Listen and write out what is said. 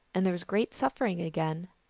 and there was great suffering again.